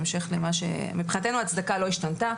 מבחינתנו ההצדקה לא השתנתה.